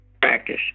practice